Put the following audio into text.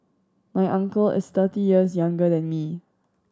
my uncle is thirty years younger than me